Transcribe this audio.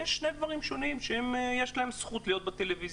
אלה שני דברים שיש להם זכות להיות בטלוויזיה.